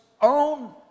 own